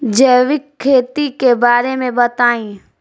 जैविक खेती के बारे में बताइ